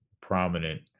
prominent